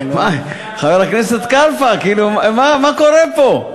מה, חבר הכנסת קלפה, כאילו מה קורה פה?